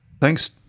Thanks